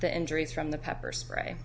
the injuries from the pepper spray